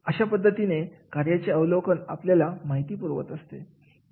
अशा पद्धतीने कार्याचे अवलोकन आपल्याला माहिती पुरवत असते